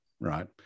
right